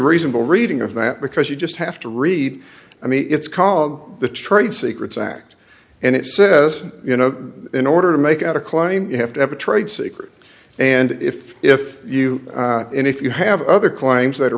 reasonable reading of that because you just have to read i mean it's called the trade secrets act and it says you know in order to make out a claim you have to have a trade secret and if if you if you have other claims that are